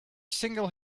single